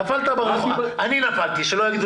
עידן